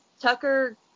Tucker